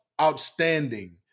outstanding